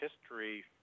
history